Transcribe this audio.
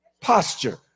posture